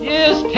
Yes